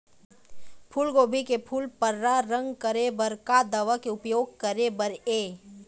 फूलगोभी के फूल पर्रा रंग करे बर का दवा के उपयोग करे बर ये?